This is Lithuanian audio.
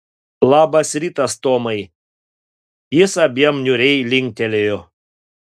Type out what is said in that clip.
labas rytas tomai jis abiem niūriai linktelėjo